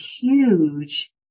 huge